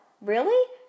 Really